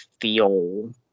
feel